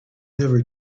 never